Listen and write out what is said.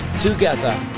together